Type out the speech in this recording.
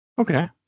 Okay